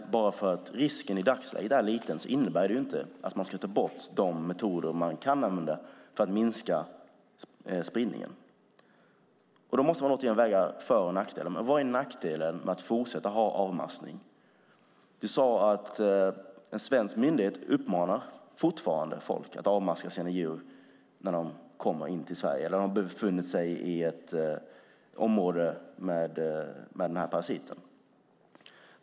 Bara för att risken i dagsläget är liten innebär det inte att man ska ta bort de metoder man kan använda för att minska spridningen. Man måste väga för och nackdelar. Vad är nackdelen med att fortsätta med avmaskning? Du sade att en svensk myndighet fortfarande uppmanar folk att avmaska djur som förs in i Sverige när de har befunnit sig i ett område med den här parasiten.